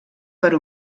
per